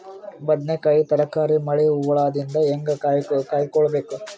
ಬದನೆಕಾಯಿ ತರಕಾರಿ ಮಳಿ ಹುಳಾದಿಂದ ಹೇಂಗ ಕಾಯ್ದುಕೊಬೇಕು?